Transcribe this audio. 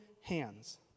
hands